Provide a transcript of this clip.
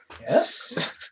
Yes